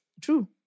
True